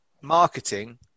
Marketing